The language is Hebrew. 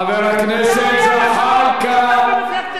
חבר הכנסת זחאלקה,